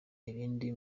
ibindi